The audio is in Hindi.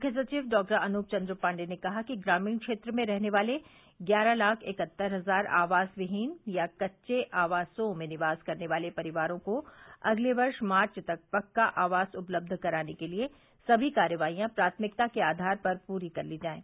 मुख्य सचिव डॉक्टर अनुप चन्द्र पाण्डेय ने कहा कि ग्रामीण क्षेत्र में रहने वाले ग्यारह लाख इकहत्तर हजार आवास विहीन या कच्चे आवासों में निवास करने वाले परिवारों को अगले वर्ष मार्च तक पक्का आवास उपलब्ध कराने के लिए सभी कार्रवाईयां प्राथमिकता के आधार पर पूरी कर ली जायें